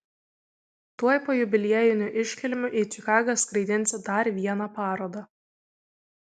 tuoj po jubiliejinių iškilmių į čikagą skraidinsi dar vieną parodą